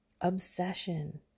obsession